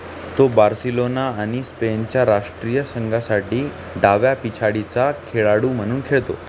तो बार्सेलोना आणि स्पेनच्या राष्ट्रीय संघासाठी डाव्या पिछाडीचा खेळाडू म्हणून खेळतो